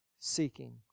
Seeking